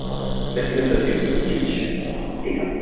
um but let's let's assume some huge data.